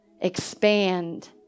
Expand